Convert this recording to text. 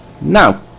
Now